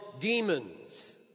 demons